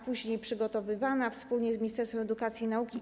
Później była przygotowywana wspólnie z Ministerstwem Edukacji i Nauki.